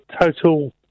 total